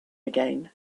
again